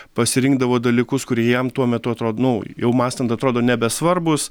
pasirinkdavo dalykus kurie jam tuo metu atrodo nu jau mąstant atrodo nebesvarbūs